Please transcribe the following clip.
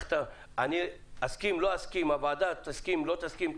אני אסכים או לא אסכים, הוועדה תסכים או לא תסכים.